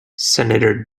senator